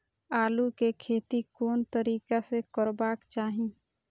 आलु के खेती कोन तरीका से करबाक चाही?